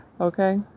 Okay